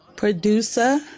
Producer